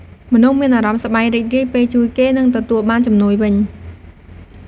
មនុស្សមានអារម្មណ៍សប្បាយរីករាយពេលជួយគេ និងទទួលបានជំនួយវិញ។